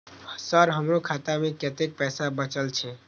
Sir हमरो खाता में कतेक पैसा बचल छे?